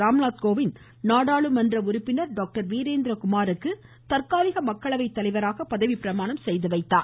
ராம்நாத் கோவிந்த் நாடாளுமன்ற உறுப்பினர் டாக்டர் வீரேந்திரகுமாருக்கு தற்காலிக மக்களவைத் தலைவராக பதவி பிரமாணம் செய்துவைத்தார்